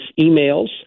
emails